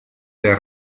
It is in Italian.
del